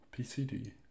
PCD